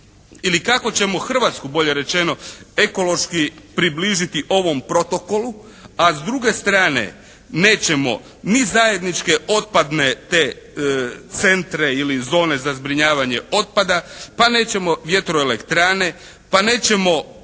ili kako ćemo Hrvatsku bolje rečeno, ekološki približiti ovom protokolu, a s druge strane nećemo ni zajedničke otpadne te centre ili zone za zbrinjavanje otpada, pa nećemo vjetro-elektrane, pa nećemo